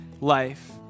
life